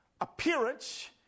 appearance